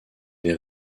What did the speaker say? des